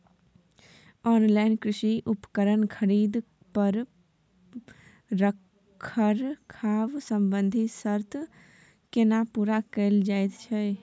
Online कृषि उपकरण खरीद पर रखरखाव संबंधी सर्त केना पूरा कैल जायत छै?